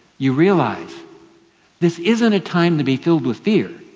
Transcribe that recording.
you realize this isn't a time to be filled with fear,